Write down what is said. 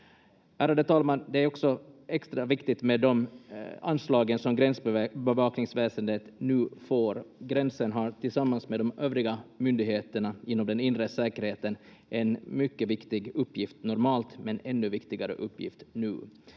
Ärade talman! Det är också extra viktigt med de anslagen som Gränsbevakningsväsendet nu får. Gränsen har tillsammans med de övriga myndigheterna inom den inre säkerheten en mycket viktig uppgift normalt men ännu viktigare uppgift nu.